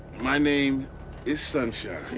my name is sunshine.